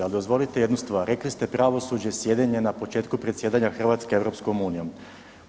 Ali dozvolite jednu stvar, rekli ste pravosuđe je sjedenje na početku predsjedanja Hrvatske EU-om.